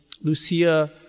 Lucia